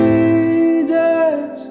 Jesus